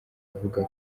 avuga